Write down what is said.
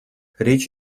речь